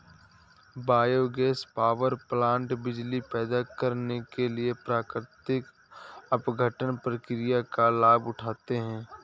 biogas power plant बिजली पैदा करने के लिए प्राकृतिक अपघटन प्रक्रिया का लाभ उठाते हैं